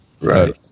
right